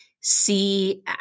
see